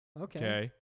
Okay